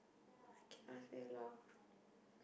I cannot say lah